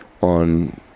on